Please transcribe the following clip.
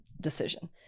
decision